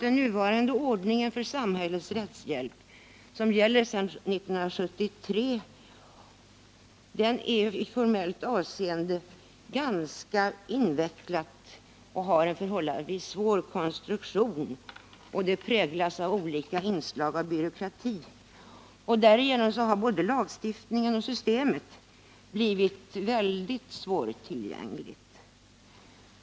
Den nuvarande ordningen för samhällets rättshjälp, som gäller sedan 1973, är nämligen i formellt avseende ganska invecklad och har en förhållandevis svår konstruktion, som präglas av olika inslag av byråkrati. Därigenom har både lagstiftningen och systemet blivit mycket svårtillgängliga.